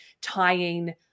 tying